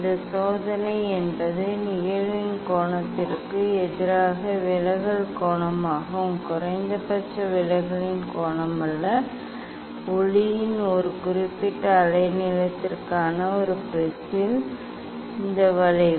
இந்த சோதனை என்பது நிகழ்வின் கோணத்திற்கு எதிராக விலகல் கோணமாகும் குறைந்தபட்ச விலகலின் கோணமல்ல ஒளியின் ஒரு குறிப்பிட்ட அலைநீளத்திற்கான ஒரு ப்ரிஸின் இந்த வளைவு